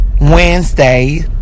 wednesday